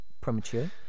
premature